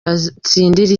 batsindira